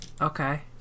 Okay